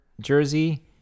jersey